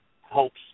Hopes